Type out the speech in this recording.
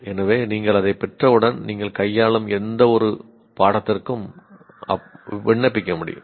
எனவே நீங்கள் அதை பெற்றவுடன் நீங்கள் கையாளும் எந்தவொரு பாடத்திற்கும் பயன்படுத்த முடியும்